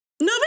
No